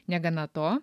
negana to